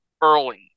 early